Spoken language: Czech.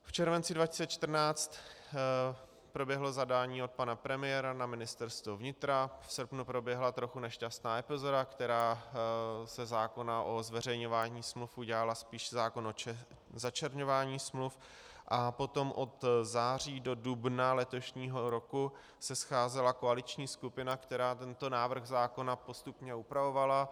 V červenci 2014 proběhlo zadání od pana premiéra na Ministerstvo vnitra, v srpnu proběhla trochu nešťastná epizoda, která ze zákona o zveřejňování smluv udělala spíše zákon o začerňování smluv, a potom od září do dubna letošního roku se scházela koaliční skupina, která tento návrh zákona postupně upravovala.